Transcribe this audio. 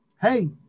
hey